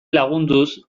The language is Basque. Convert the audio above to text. lagunduz